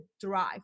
drive